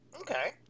Okay